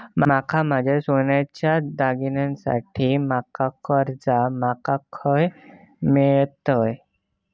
माका माझ्या सोन्याच्या दागिन्यांसाठी माका कर्जा माका खय मेळतल?